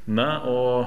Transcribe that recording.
na o